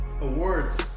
Awards